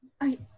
I-